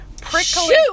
prickly